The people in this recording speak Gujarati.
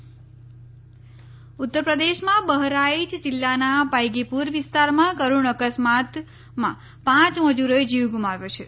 યુપી અકસ્માત ઉત્તરપ્રદેશમાં બહરાઇચ જિલ્લાના પાયગીપુર વિસ્તારમાં કરૂણ અકસ્માતમાં પાંચ મજુરોએ જીવ ગુમાવ્યો છે